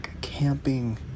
camping